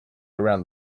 around